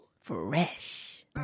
fresh